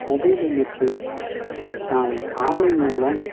mobile எண்ணிற்கு நான் online மூலம்